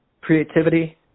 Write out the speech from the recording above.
creativity